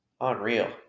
Unreal